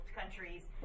countries